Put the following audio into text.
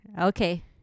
Okay